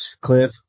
Cliff